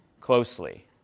closely